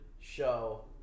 show